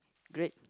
great